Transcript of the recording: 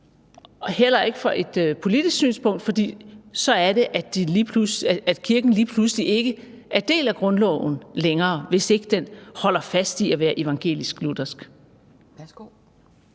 heller ikke fra et politisk synspunkt, for så er det, at kirken lige pludselig ikke er en del af grundloven længere, altså hvis ikke den holder fast i at være evangelisk-luthersk.